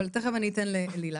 אבל תיכף אני אתן לעלי להקריא.